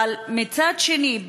אבל מצד שני,